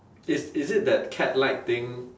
is is it that cat like thing